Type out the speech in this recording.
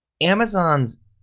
Amazon's